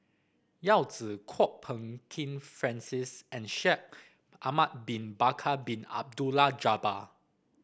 Yao Zi Kwok Peng Kin Francis and Shaikh Ahmad Bin Bakar Bin Abdullah Jabbar